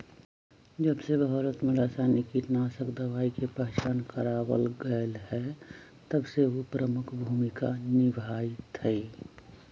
जबसे भारत में रसायनिक कीटनाशक दवाई के पहचान करावल गएल है तबसे उ प्रमुख भूमिका निभाई थई